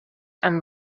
and